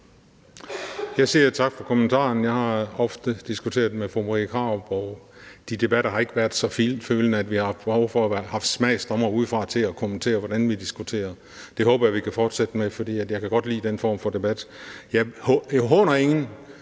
Jeg siger tak for kommentaren. Jeg har ofte diskuteret med fru Marie Krarup, og i de debatter har vi ikke været så fintfølende, at vi har haft behov for at have smagsdommere udefra til at kommentere, hvordan vi diskuterede. Det håber jeg vi kan fortsætte med, for jeg kan godt lide den form for debat. Jeg håner ingen,